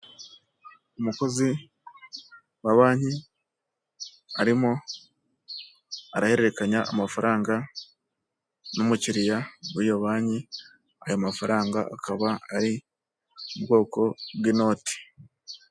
Umukozi wa banki arimo arahererekanya amafaranga n'umukiriya wiyo banki, ayo mafaranga akaba ari ubwoko bw'inoti.